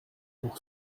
pour